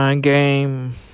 game